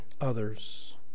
others